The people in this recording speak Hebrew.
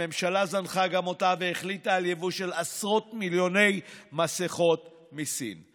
הממשלה זנחה גם אותם והחליטה על יבוא עשרות מיליוני מסכות מסין.